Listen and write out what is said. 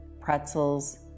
pretzels